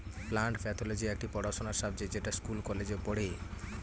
plant pathology একটি পড়াশোনার subject যেটা স্কুল কলেজে পড়ে